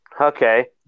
Okay